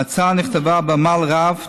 ההצעה נכתבה בעמל רב,